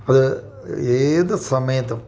അത് ഏത് സമയത്തും